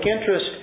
interest